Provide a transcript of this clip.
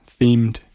themed